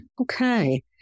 Okay